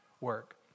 work